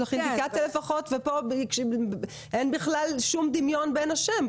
אין בכלל שום דמיון בין השם.